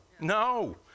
no